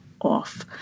off